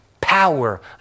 Power